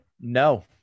No